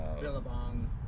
billabong